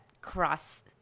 cross